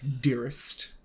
dearest